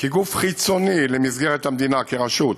כגוף חיצוני למסגרת המדינה כרשות,